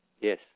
Yes